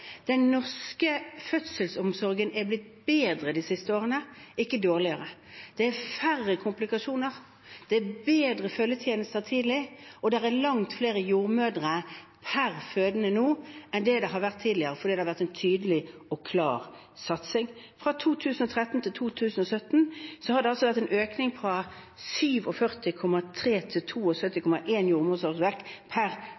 Den norske fødselsomsorgen er blitt bedre de siste årene, ikke dårligere. Det er færre komplikasjoner, det er bedre følgetjenester tidlig, og det er langt flere jordmødre per fødende nå enn det det har vært tidligere, fordi det har vært en tydelig og klar satsing: Fra 2013 til 2017 har det vært en økning fra 47,3 til 72,1 jordmorårsverk per